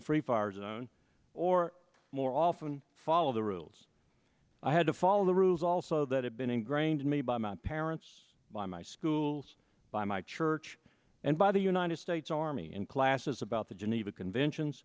zone or more often follow the rules i had to follow the rules also that have been ingrained in me by my parents by my schools by my church and by the united states army and classes about the geneva convention